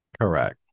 correct